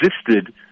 existed